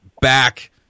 back